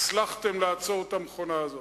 הצלחתם לעצור את המכונה הזאת.